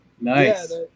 Nice